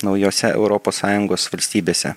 naujose europos sąjungos valstybėse